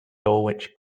dulwich